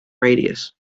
radius